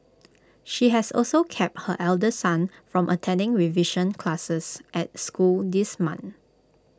she has also kept her elder son from attending revision classes at school this month